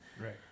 Right